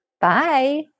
Bye